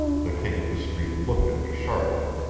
the king of the street looked at me sharply.